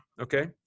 Okay